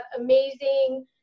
amazing